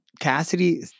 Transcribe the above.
Cassidy